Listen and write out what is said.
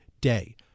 day